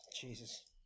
Jesus